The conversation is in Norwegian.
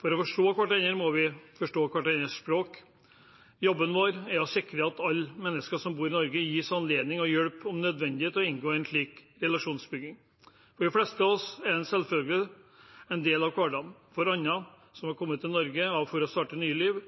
For å forstå hverandre må vi forstå hverandres språk. Jobben vår er å sikre at alle mennesker som bor i Norge, gis anledning og om nødvendig hjelp til å inngå i en slik relasjonsbygging. For de fleste av oss er det en selvfølgelig del av hverdagen. For andre, som er kommet til Norge for å starte et nytt liv,